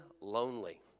lonely